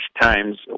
times